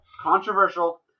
controversial